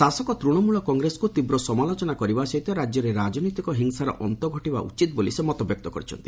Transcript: ଶାସକ ତୂଣମୂଳ କଂଗ୍ରେସକୁ ତୀବ୍ର ସମାଲୋଚନା କରିବା ସହିତ ରାଜ୍ୟରେ ରାଜନୀତିକ ହିଂସାର ଅନ୍ତ ଘଟିବା ଉଚିତ୍ ବୋଲି ସେ ମତବ୍ୟକ୍ତ କରିଛନ୍ତି